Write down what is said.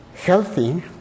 healthy